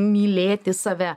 mylėti save